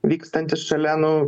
vykstantis šalia nu